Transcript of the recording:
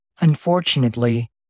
Unfortunately